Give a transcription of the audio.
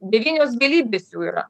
devynios galybės jų yra